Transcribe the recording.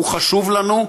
הוא חשוב לנו,